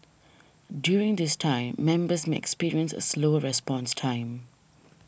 during this time members may experience a slower response time